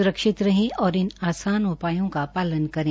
सुरक्षित रहें और इन आसान उपायों का पालन करें